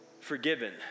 forgiven